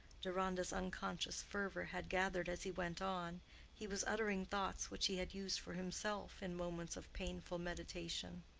deronda's unconscious fervor had gathered as he went on he was uttering thoughts which he had used for himself in moments of painful meditation.